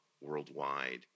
worldwide